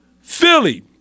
Philly